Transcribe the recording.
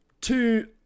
two